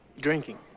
Drinking